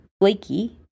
flaky